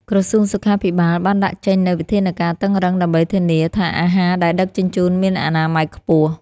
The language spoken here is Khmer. ក្រសួងសុខាភិបាលបានដាក់ចេញនូវវិធានការតឹងរ៉ឹងដើម្បីធានាថាអាហារដែលដឹកជញ្ជូនមានអនាម័យខ្ពស់។